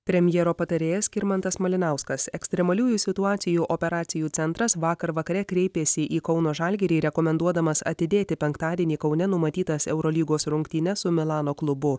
premjero patarėjas skirmantas malinauskas ekstremaliųjų situacijų operacijų centras vakar vakare kreipėsi į kauno žalgirį rekomenduodamas atidėti penktadienį kaune numatytas eurolygos rungtynes su milano klubu